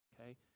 okay